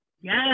Yes